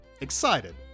Excited